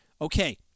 okay